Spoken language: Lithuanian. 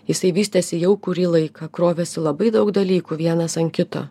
jisai vystėsi jau kurį laiką krovėsi labai daug dalykų vienas ant kito